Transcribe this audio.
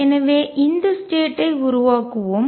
எனவே இந்த ஸ்டேட் ஐ உருவாக்குவோம்